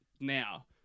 now